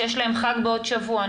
שיש להם חג בעוד שבוע,